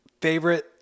Favorite